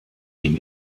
dem